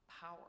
power